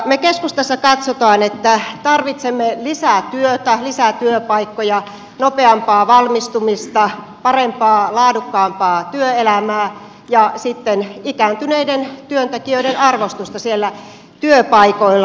me keskustassa katsomme että tarvitsemme lisää työtä lisää työpaikkoja nopeampaa valmistumista parempaa laadukkaampaa työelämää ja sitten ikääntyneiden työntekijöiden arvostusta työpaikoilla